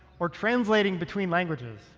or translating between languages